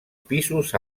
pisos